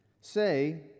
say